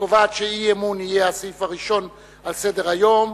הקובעת שאי-אמון יהיה הסעיף הראשון על סדר-היום,